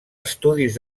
estudis